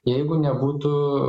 jeigu nebūtų